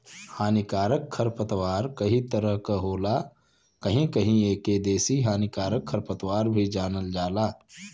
हानिकारक खरपतवार कई तरह क होला कहीं कहीं एके देसी हानिकारक खरपतवार भी जानल जाला